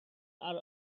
are